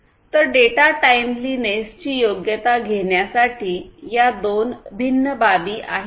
तर डेटा टाईमलीनेसची योग्यता घेण्यासाठी या दोन भिन्न बाबी आहेत